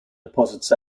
deposits